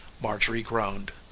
marjorie groaned.